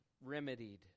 remedied